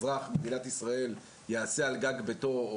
אזרח במדינת ישראל יעשה על גג ביתו,